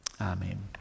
Amen